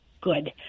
Good